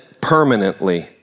permanently